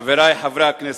חברי חברי הכנסת,